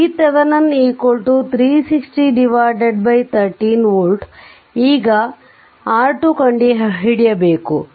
ಇದು VThevenin 36013 voltಈಗ R2 ಕಂಡುಹಿಡಿಯಬೇಕು